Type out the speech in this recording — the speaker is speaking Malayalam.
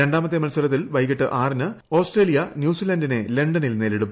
രണ്ടാമത്തെ മത്സരത്തിൽ വൈകിട്ട് ആറിന് ആസ്ട്രേലിയ ന്യൂസിലന്റിനെ ലണ്ടനിൽ നേരിടും